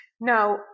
Now